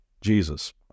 Jesus